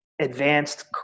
advanced